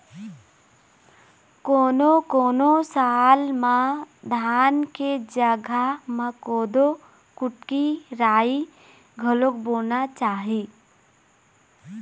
कोनों कोनों साल म धान के जघा म कोदो, कुटकी, राई घलोक बोना चाही